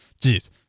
Jeez